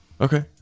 Okay